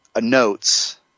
notes